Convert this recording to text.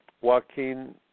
Joaquin